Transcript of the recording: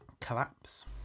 collapse